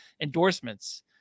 endorsements